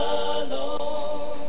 alone